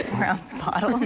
four-ounce bottles.